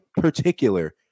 particular